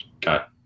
got